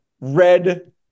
Red